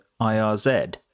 IRZ